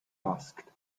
asked